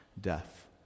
death